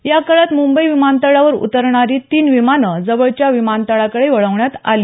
या काळात मुंबई विमानतळावर उतरणारी तीन विमानं जवळच्या विमानतळांकडे वळवण्यात आली